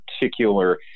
particular